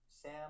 Sam